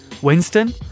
Winston